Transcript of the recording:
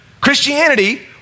Christianity